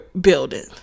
building